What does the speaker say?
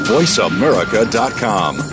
VoiceAmerica.com